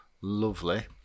lovely